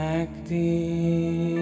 acting